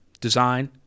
Design